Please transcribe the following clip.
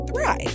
thrive